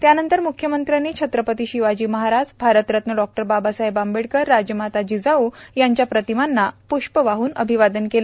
त्यानंतर म्ख्यमंत्र्यांनी छत्रपती शिवाजी महाराज भारतरत्न डॉ बाबासाहेब आंबेडकर राजमाता जिजाऊ यांच्या प्रतिमांना प्ष्प वाहन अभिवादन केलं